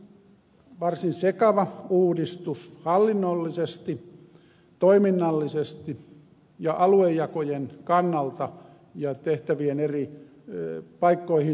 tämä on siis varsin sekava uudistus hallinnollisesti toiminnallisesti ja aluejakojen kannalta ja tehtävien eri paikkoihin sijoittamisen kannalta